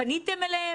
פניתם אליהם?